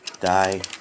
die